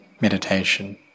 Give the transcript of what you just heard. meditation